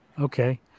Okay